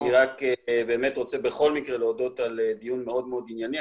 אני בכל מקרה רוצה להודות על דיון מאוד מאוד ענייני.